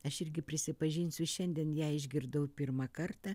aš irgi prisipažinsiu šiandien ją išgirdau pirmą kartą